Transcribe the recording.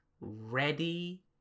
ready